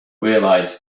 realise